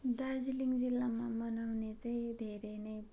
दार्जिलिङ जिल्लामा मनाउने चाहिँ धेरै नै